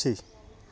पक्षी